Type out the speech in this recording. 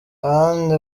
ahandi